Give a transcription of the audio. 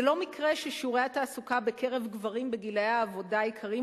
זה לא מקרה ששיעורי התעסוקה בקרב גברים בגילי העבודה העיקריים